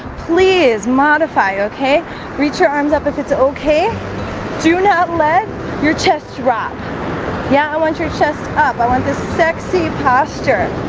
please modify. okay reach your arms up if it's okay do not let your chest drop yeah, i want your chest up. i want this sexy posture